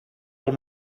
del